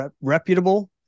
reputable